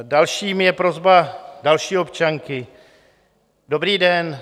Dalším je prosba další občanky: Dobrý den.